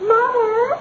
Mother